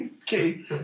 Okay